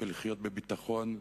ולחיות בביטחון,